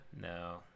No